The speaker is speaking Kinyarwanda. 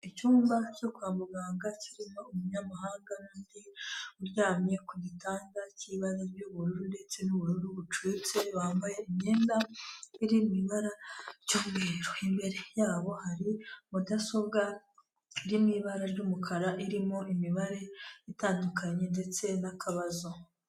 Icyumba cyo kwa muganga kirimo umunyamahanga n'undi uryamye ku gitanda cy'ibara ry'ubururu ndetse n'ubururu bucutse, bambaye imyenda iri mu ibara ry'umweru, imbere yabo hari mudasobwa iri mu ibara ry'umukara, irimo imibare itandukanye ndetse n'akabazo.